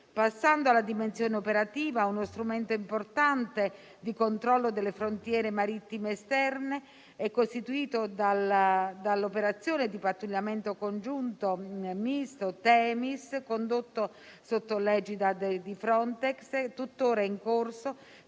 Passando alla dimensione operativa, uno strumento importante di controllo delle frontiere marittime esterne è costituito dall'operazione di pattugliamento congiunto Themis, condotta sotto l'egida di Frontex, tuttora in corso,